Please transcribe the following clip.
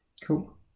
cool